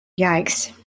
Yikes